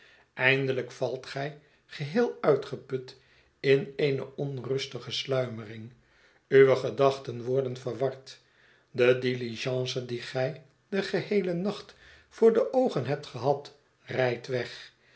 eindelijk valt gij geheel uitgeput in eene onrustige sluimering uwe gedachten worden verward de diligence die gij den geheelen nacht voor de oogen hebt gehad rijdt weg